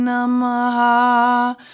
Namaha